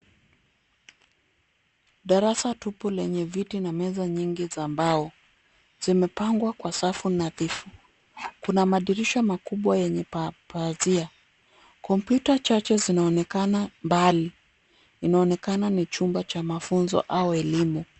Darasa tupu lenye viti na meza nyingi za mbao. Zimepangwa kwa safu nadhifu. Kuna madirisha makubwa yenye pazia. Kompyuta chache zinaonekana mbali. Inaonekana ni chumba cha mafunzo au elimu.